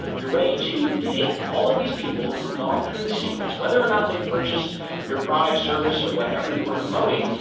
you're ready to take all of these people who've gone through the sequence whether or not they've purchased your product service or whatever you were promoting,